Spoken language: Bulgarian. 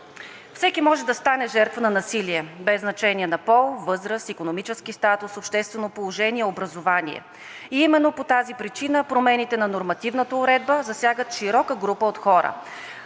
Всеки може да стане жертва на насилие без значение на пол, възраст, икономически статус, обществено положение, образование и именно по тази причина промените на нормативната уредба засягат широка група от хора.